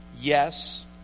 yes